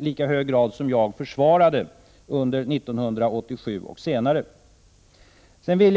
lika hög grad som jag försvarade under 1987 och senare. Herr talman!